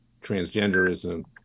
transgenderism